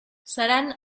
seran